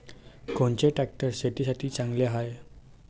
कोनचे ट्रॅक्टर शेतीसाठी चांगले हाये?